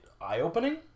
eye-opening